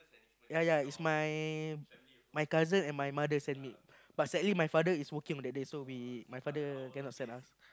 ya ya is my my cousin and my mother send me but sadly my father is working on that day so we my father cannot send us